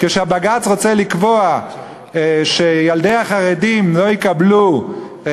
כשבג"ץ רוצה לקבוע שילדי החרדים לא יקבלו את